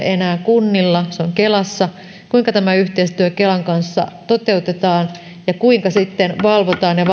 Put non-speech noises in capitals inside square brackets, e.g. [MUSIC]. [UNINTELLIGIBLE] enää kunnilla vaan se on kelassa kuinka tämä yhteistyö kelan kanssa toteutetaan ja kuinka sitten valvotaan ja [UNINTELLIGIBLE]